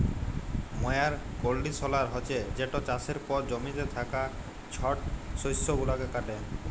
ময়ার কল্ডিশলার হছে যেট চাষের পর জমিতে থ্যাকা ছট শস্য গুলাকে কাটে